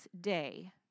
day